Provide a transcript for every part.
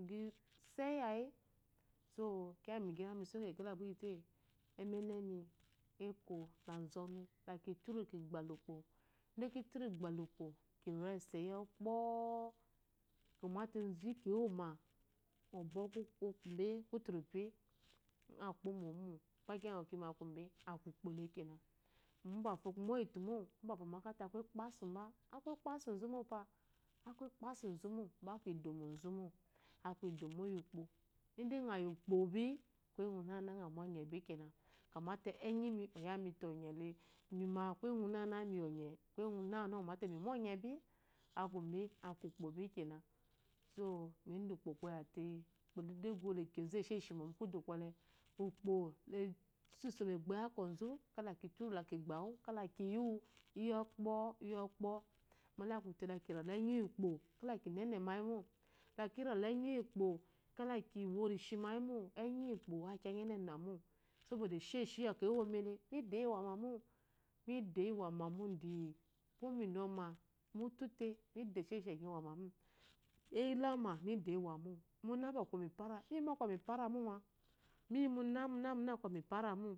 Iyise yayi so kiyi gyi migyi lamisa mune ne gba iyite emenemi ekola azɔnu lake tuni gba ukpo gb kitunu gbalukpo kirese yojpoo ngo mete ji kiwuma ngo bwɔ kuturupi ngo kpomo omo gba akuibe aku ukgole kene ubefo omakyete aku ekpesuba, akuekpasuzumopa ba aku idomozumo, aku idomo yinkpo ide ngayi ukpobi kuye-gune-gune ngo mu onyebi kena kamete enyimi oyami onyele mime kuge gune-gune ngomamite miyi onye kuye gune-gune ngomate miyi on yebi akube kene so mida ukpo koyde ukpo edegg le kyozu esheshimo mukude kwolɔ ukpole siso megbo yi akwɔzu kda kituru tigbawu, kale kiyiwu iyokpoo, iyokpoo mole kuyite leki rale enyi yiukpo kede kinene mayimo laki rale enyiyi ukpo kela kiwo nishi mayio mɔ enyi yi ukpo aku kuyi gyi eninema mo sabode esdgeshi yiba ewomide midoyi wamamo midoyi wamamo dii ko minome mutute mids esheshi enyi iiwamamo, eyilama midioyi wamamo muna bwkwɔ mi para, miyi bwɔkwɔ miperemobe moyi muna muna bwakwɔ miperemo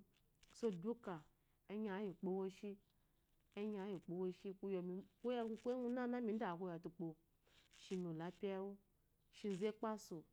bo duke enyi akuyi ukpo woshi enyi akuyi nkpo nshi kuyo mi kilele kuye gune-gune midewu keye te ukpo shin opiye wunŋu shizu ekpazu